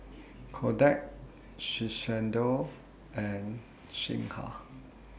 Kodak Shiseido and Singha